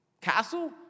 castle